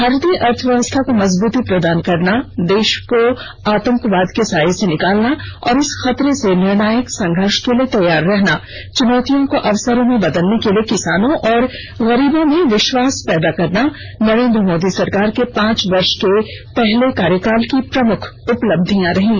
मारतीय अर्थव्यवस्था को मजबूती प्रदान करना देश को आंतकवाद के साए से निकालना और इस खतरे से निर्णायक संघर्ष के लिए तैयार रहना चुनौतियों को अवसरों में बदलने के लिए किसानों और गरीबों में विश्वास पैदा करना नरेन्द्र मोदी सरकार के पांच वर्ष के पहले कार्यकाल की प्रमुख उपलब्धियां थीं